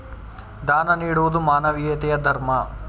ದಾನ ನೀಡುವುದು ಮಾನವೀಯತೆಯ ಧರ್ಮ